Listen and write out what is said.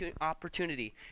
opportunity